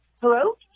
hello